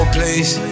please